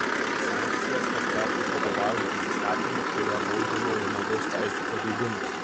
sankcijos paskelbtos vadovaujantis įstatymu kuriuo baudžiama už žmogaus teisių pažeidimus